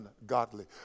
ungodly